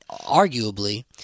arguably